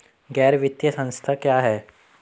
गैर वित्तीय संस्था क्या है?